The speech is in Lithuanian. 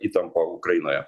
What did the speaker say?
įtampa ukrainoje